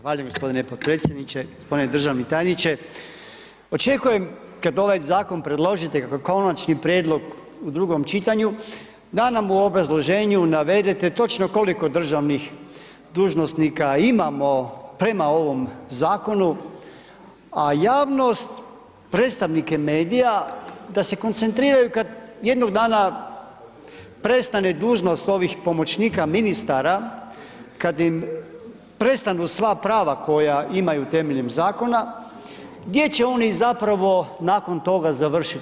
Zahvaljujem gospodine potpredsjedniče, gospodine državni tajniče, očekujem kad ovaj zakon predložite kao konačni prijedlog u drugom čitanju da nam u obrazloženju navedete točno koliko državnih dužnosnika imamo prema ovom zakonu, a javnost, predstavnike medija da se koncentriraju kad jednog dana prestane dužnost ovih pomoćnika ministara, kad im prestanu sva prava koja imaju temeljem zakona gdje će oni zapravo nakon toga završiti.